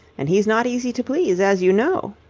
and he's not easy to please, as you know.